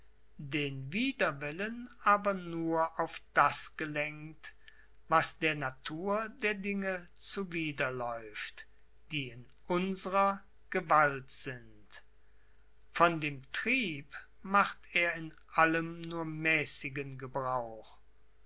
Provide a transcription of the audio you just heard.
den widerwillen aber nur auf das gelenkt was der natur der dinge zuwiderläuft die in unsrer gewalt sind von dem trieb macht er in allem nur mäßigen gebrauch